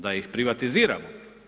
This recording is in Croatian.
Da ih privatiziramo?